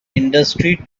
industry